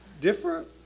different